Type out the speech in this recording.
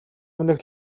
өмнөх